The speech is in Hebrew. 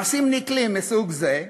מעשים נקלים מסוג זה,